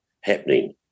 happening